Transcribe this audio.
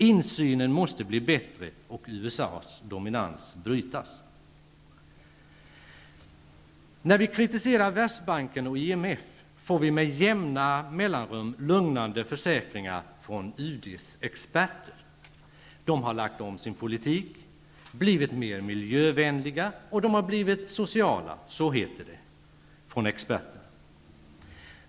Insynen måste bli bättre och USA:s dominans brytas. När vi kritiserat Världsbanken och IMF, får vi med jämna mellanrum lugnande försäkringar från UD:s experter om att dessa organ har lagt om sin politik, blivit mer miljövänliga och sociala. Så heter det.